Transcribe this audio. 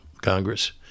Congress